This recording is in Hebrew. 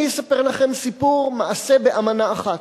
אני אספר לכם סיפור, מעשה באמנה אחת: